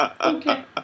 Okay